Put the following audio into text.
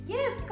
Yes